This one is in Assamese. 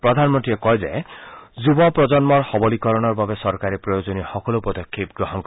প্ৰধানমন্ত্ৰীয়ে কয় যে যুব প্ৰজন্মৰ সবলীকৰণৰ বাবে চৰকাৰে প্ৰয়োজনীয় সকলো পদক্ষেপ গ্ৰহণ কৰিব